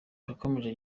yakomeje